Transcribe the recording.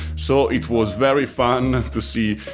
so it was very fun to see